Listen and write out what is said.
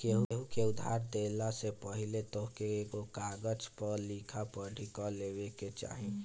केहू के उधार देहला से पहिले तोहके एगो कागज पअ लिखा पढ़ी कअ लेवे के चाही